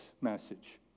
message